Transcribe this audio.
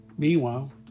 Meanwhile